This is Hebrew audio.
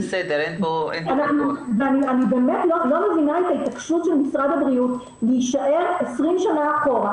אני באמת לא מבינה את ההתעקשות של משרד הבריאות להישאר 20 שנים אחורה,